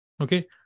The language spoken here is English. okay